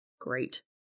Great